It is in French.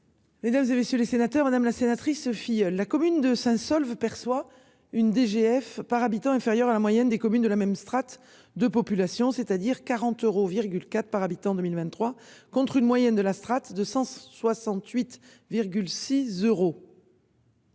Mesdames, et messieurs les sénateurs, madame la sénatrice Sophie, la commune de Saint Saulve perçoit une DGF par habitant inférieur à la moyenne des communes de la même strate de population, c'est-à-dire 40 euros. Quatre par habitant en 2023 contre une moyenne de la strate de 168,6 euros.